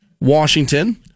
Washington